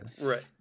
Right